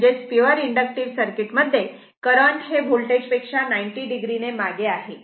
म्हणजेच pure inductive circuit मध्ये current हे वोल्टेज पेक्षा 90 o ने मागे आहे